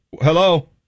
Hello